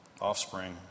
Offspring